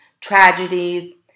tragedies